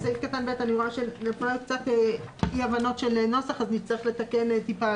בסעיף קטן (ב) נפלו קצת אי הבנות של נוסח אז נצטרך לתקן טיפה,